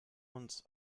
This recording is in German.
uns